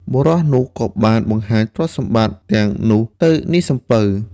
បុរសនោះក៏បានបង្ហាញទ្រព្យសម្បត្តិទាំងនោះទៅនាយសំពៅ។